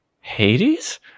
Hades